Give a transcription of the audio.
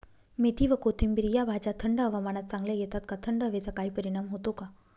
मेथी आणि कोथिंबिर या भाज्या थंड हवामानात चांगल्या येतात का? थंड हवेचा काही परिणाम होतो का?